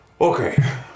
Okay